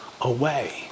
away